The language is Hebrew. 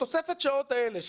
התוספת שעות האלה,